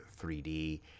3D